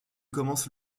commence